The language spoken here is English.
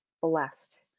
blessed